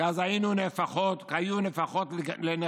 כי אז היו נהפכות לנחלים,